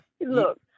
Look